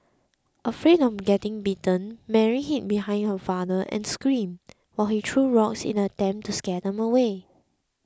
afraid of getting bitten Mary hid behind her father and screamed while he threw rocks in an attempt to scare them away